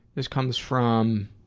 this comes from